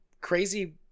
crazy